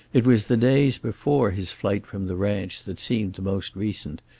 it was the days before his flight from the ranch that seemed most recent,